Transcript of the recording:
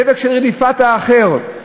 דבק של רדיפת האחר,